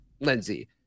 Lindsay